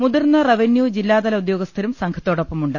മുതിർന്ന റവന്യൂ ജില്ലാതല ഉദ്യോഗ സ്ഥരും സംഘത്തോടൊപ്പമുണ്ട്